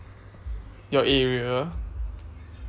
your area